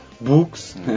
books